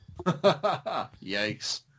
Yikes